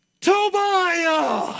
Tobiah